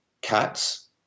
cats